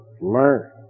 learn